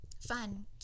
fun